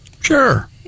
Sure